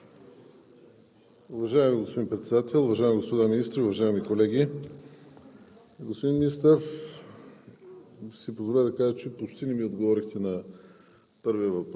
Уважаеми господин Председател, уважаеми господа министри, уважаеми колеги! Господин Министър,